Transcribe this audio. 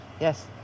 yes